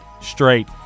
straight